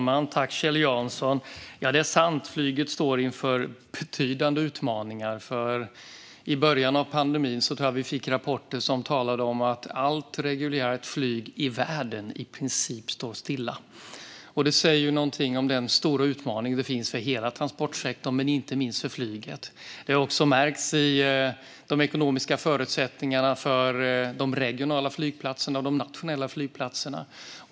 Fru talman! Det är sant - flyget står inför betydande utmaningar. I början av pandemin fick vi rapporter som talade om att allt reguljärt flyg i världen i princip stod stilla. Detta säger något om den stora utmaning som finns för hela transportsektorn, inte minst för flyget, vilket har märkts i de ekonomiska förutsättningarna för de regionala och de nationella flygplatserna.